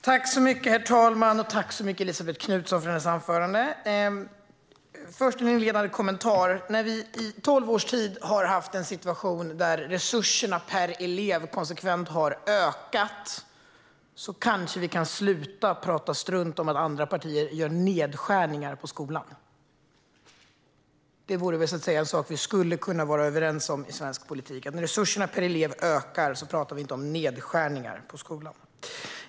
Herr talman! Tack så mycket, Elisabet Knutsson, för anförandet! En inledande kommentar: När vi i tolv års tid har haft en situation där resurserna per elev konsekvent har ökat kanske vi kan sluta prata strunt om att andra partier gör nedskärningar på skolan. Det vore väl en sak som vi skulle kunna vara överens om i svensk politik att när resurserna per elev ökar så pratar vi inte om nedskärningar på skolan.